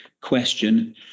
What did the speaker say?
question